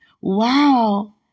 Wow